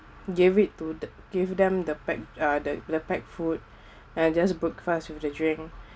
gave it to the gave them the packed uh the packed food and I just broke fast with the drink